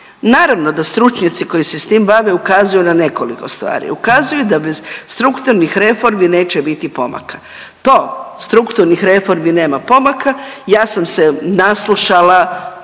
Naravno da stručnjaci koji se s tim bave ukazuju na nekoliko stvari, ukazuju da bez strukturnih reformi neće biti pomaka. To strukturnih reformi nema pomaka, ja sam se naslušala